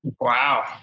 Wow